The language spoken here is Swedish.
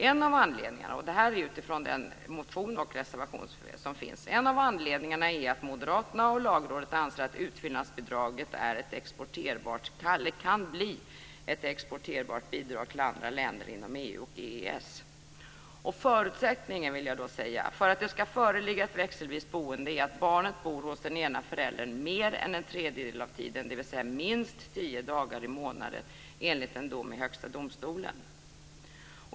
En av anledningarna är att Moderaterna - enligt den motion och den reservation som finns - och Lagrådet anser att utfyllnadsbidraget kan bli ett exporterbart bidrag till andra länder inom EU och EES. Förutsättningen för att det ska föreligga ett växelvis boende är att barnet bor hos den ena föräldern mer än en tredjedel av tiden, dvs. minst 10 dagar i månaden enligt en dom i Högsta domstolen.